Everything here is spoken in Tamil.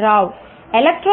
TALG